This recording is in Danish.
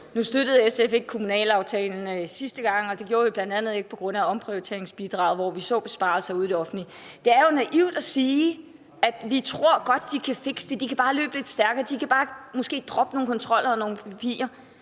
Nu støttede SF ikke kommunalaftalen sidste gang, og det gjorde vi bl.a. ikke på grund af omprioriteringsbidraget, hvor vi så besparelser ude i det offentlige. Det er jo naivt at sige, at vi godt tror, at de kan fikse det, de kan bare løbe lidt stærkere, de kan måske bare droppe nogle kontroller eller nogle papirer.